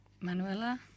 Manuela